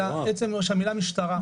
אלא עצם המילה משטרה.